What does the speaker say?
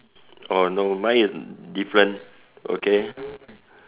oh no mine is different okay